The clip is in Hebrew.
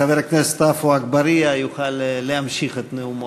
חבר הכנסת עפו אגבאריה יוכל להמשיך את נאומו.